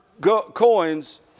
coins